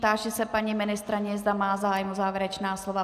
Táži se paní ministryně, zda má zájem o závěrečná slova.